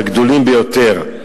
הגדולים ביותר,